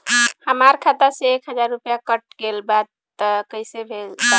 हमार खाता से एक हजार रुपया कट गेल बा त कइसे भेल बा?